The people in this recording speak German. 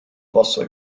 wasser